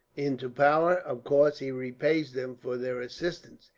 into power, of course he repays them for their assistance.